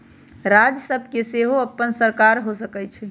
राज्य सभ के सेहो अप्पन सरकार हो सकइ छइ